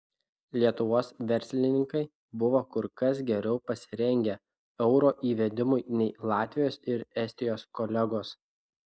lietuvos verslininkai buvo kur kas geriau pasirengę euro įvedimui nei latvijos ir estijos kolegos